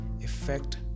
effect